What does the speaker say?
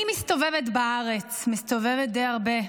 אני מסתובבת בארץ, מסתובבת די הרבה,